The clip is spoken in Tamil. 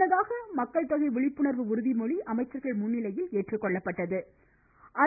முன்னதாக மக்கள் தொகை விழிப்புணர்வு உறுதிமொழி அமைச்சர்கள் முன்னிலையில் ஏற்றுக்கொள்ளப்பட்டது